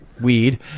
weed